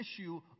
issue